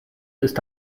ist